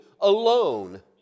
alone